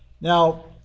Now